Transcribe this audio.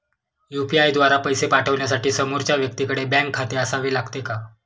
UPI द्वारा पैसे पाठवण्यासाठी समोरच्या व्यक्तीकडे बँक खाते असावे लागते का?